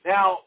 Now